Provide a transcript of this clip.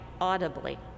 audibly